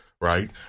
right